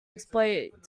exploit